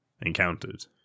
encountered